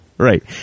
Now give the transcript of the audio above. Right